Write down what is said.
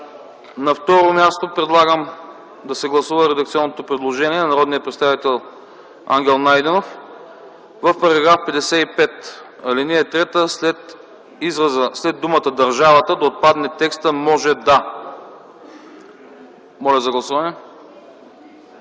На второ място, предлагам да се гласува редакционното предложение на народния представител Ангел Найденов: в § 55, ал. 3 след думата „държавата” да отпадне текстът „може да”. Моля да гласуваме.